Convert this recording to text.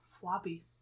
floppy